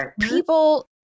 people